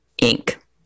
ink